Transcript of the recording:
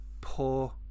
poor